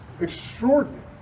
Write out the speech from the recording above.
extraordinary